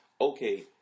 Okay